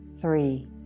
Three